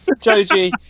Joji